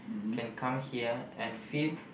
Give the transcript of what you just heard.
can come here and feel